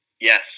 Yes